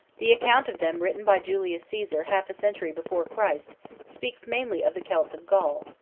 the account of them written by julius caesar half a century before christ speaks mainly of the celts of gaul,